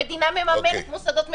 המדינה מממנת מוסדות מפרים.